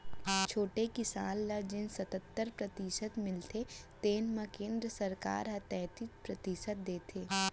छोटे किसान ल जेन सत्तर परतिसत मिलथे तेन म केंद्र सरकार ह तैतीस परतिसत देथे